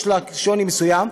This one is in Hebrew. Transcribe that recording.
יש בה שוני מסוים.